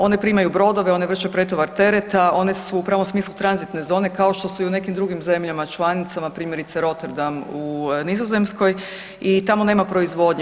One primaju brodove, one vrše pretovar tereta, one su u pravom smislu tranzitne zone kao što su i u nekim drugim zemljama članicama primjerice Rotterdam u Nizozemskoj i tamo nema proizvodnje.